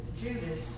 Judas